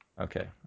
Okay